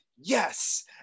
yes